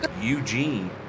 Eugene